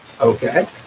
Okay